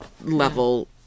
level